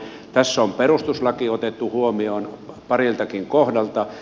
tässä on perustuslaki otettu huomioon pariltakin kohdalta